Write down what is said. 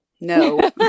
No